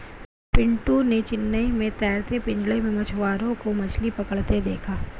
पिंटू ने चेन्नई में तैरते पिंजरे में मछुआरों को मछली पकड़ते देखा